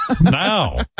Now